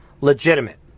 legitimate